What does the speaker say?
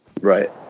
Right